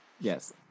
Yes